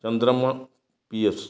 Chandramol V S